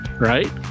right